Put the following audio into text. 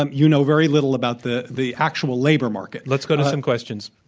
um you know very little about the the actual labor market. let's go to some questions.